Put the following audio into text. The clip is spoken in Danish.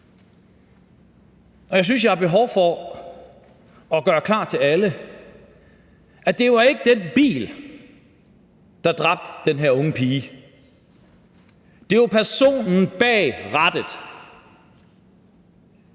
jeg har behov for at gøre klart for alle, at det ikke var den bil, der dræbte den her unge pige. Det var personen bag rattet.